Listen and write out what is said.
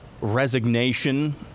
resignation